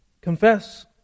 confess